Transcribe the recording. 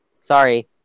Sorry